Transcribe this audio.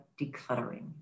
decluttering